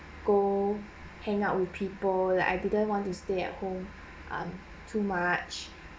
go hang out with people that I didn't want to stay at home um too much